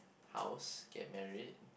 how's get married